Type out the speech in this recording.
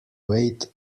weight